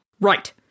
Right